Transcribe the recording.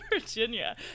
Virginia